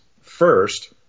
First